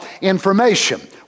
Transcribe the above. information